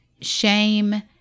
shame